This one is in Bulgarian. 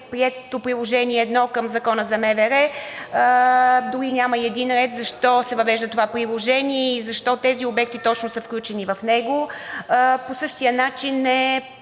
прието Приложение № 1 към Закона за МВР, дори няма и един ред защо се въвежда това приложение и защо тези обекти точно са включени в него. По същия начин е